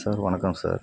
sir வணக்கம் sir